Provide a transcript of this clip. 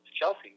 Chelsea